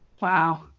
Wow